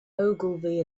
ogilvy